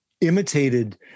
imitated